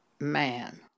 man